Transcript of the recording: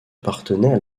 appartenaient